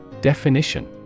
Definition